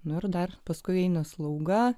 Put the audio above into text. nors dar paskui eina slauga